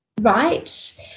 right